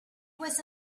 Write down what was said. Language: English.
was